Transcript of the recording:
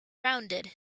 rounded